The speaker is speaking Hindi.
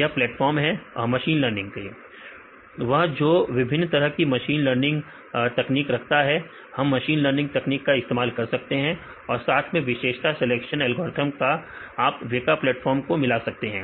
यह प्लेटफार्म है विद्यार्थी मशीन लर्निंग वह जो विभिन्न तरह की मशीन लर्निंग तकनीक रखता है हम मशीन लर्निंग तकनीक का इस्तेमाल कर सकते हैं और साथ में विशेषता सिलेक्शन एल्गोरिथ्म का आप वेका प्लेटफार्म को मिला सकते हैं